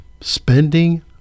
spending